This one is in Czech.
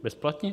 Bezplatně?